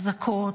אזעקות.